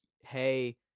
hey